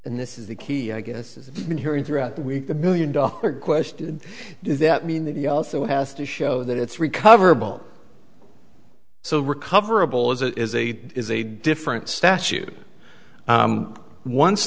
and this is the key i guess been hearing throughout the week the billion dollar question does that mean that he also has to show that it's recoverable so recoverable is a is a is a different statute once